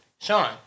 Sean